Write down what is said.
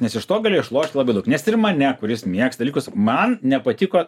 nes iš to gali išlošti labai daug nes ir mane kuris mėgsta likus man nepatiko